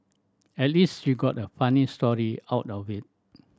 at least she got a funny story out of it